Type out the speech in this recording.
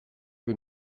wir